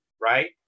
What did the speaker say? right